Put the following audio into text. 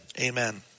Amen